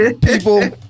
People